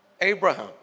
Abraham